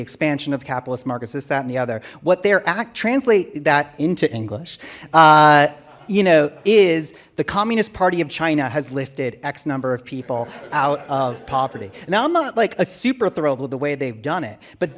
expansion of capitalist marcos is that and the other what their act translated that into english you know is the communist party of china has lifted x number of people out of poverty now i'm not like a super thrilled with the way they've done it but